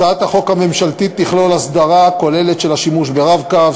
הצעת החוק הממשלתית תכלול הסדרה כוללת של השימוש ב"רב-קו",